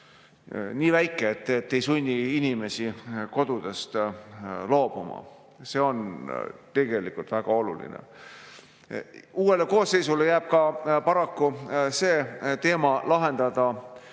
nii väike, et see ei sunniks inimesi kodudest loobuma. See on tegelikult väga oluline. Uuele koosseisule jääb paraku lahendada